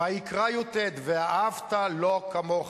ויקרא י"ט: "ואהבת לו כמוך".